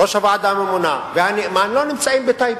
ראש הוועדה הממונה והנאמן לא נמצאים בטייבה.